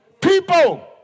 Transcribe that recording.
People